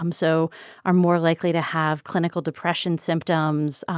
um so are more likely to have clinical depression symptoms,